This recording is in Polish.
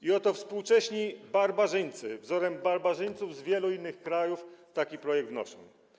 I oto współcześni barbarzyńcy, wzorem barbarzyńców z wielu innych krajów, taki projekt wnoszą.